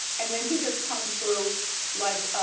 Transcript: and then he just comes through like,